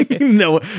No